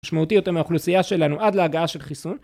משמעותי יותר מהאוכלוסייה שלנו עד להגעה של חיסון